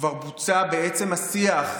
כבר בוצע בעצם השיח,